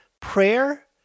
prayer